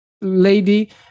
lady